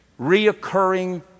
reoccurring